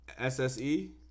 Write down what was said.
S-S-E